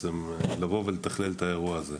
לבוא ולתכלל את האירוע הזה.